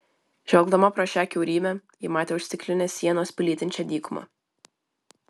žvelgdama pro šią kiaurymę ji matė už stiklinės sienos plytinčią dykumą